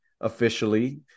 officially